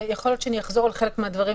יכול להיות שאני אחזור על חלק מהדברים,